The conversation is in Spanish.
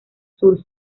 sur